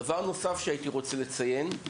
דבר נוסף שהייתי רוצה לציין,